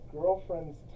girlfriend's